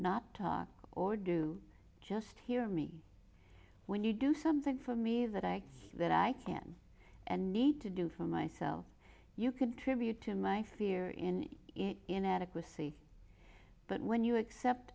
not talk or do just hear me when you do something for me that i that i can and need to do for myself you could tribute to my fear in inadequacy but when you accept